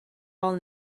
all